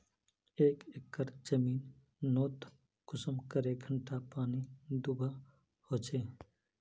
एक एकर जमीन नोत कुंसम करे घंटा पानी दुबा होचए?